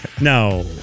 No